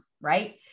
right